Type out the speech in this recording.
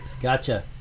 gotcha